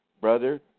brother